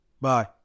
Bye